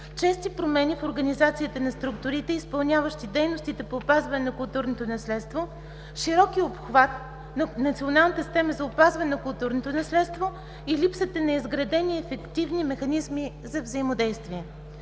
чести промени в организацията на структурите, изпълняващи дейностите по опазване на културното наследство, широкия обхват на националната система за опазване на културното наследство и липсата на изградени ефективни механизми за взаимодействие.